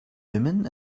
women